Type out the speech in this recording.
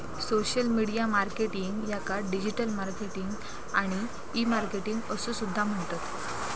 social media marketing याका digital marketing आणि e marketing असो सुद्धा म्हणतत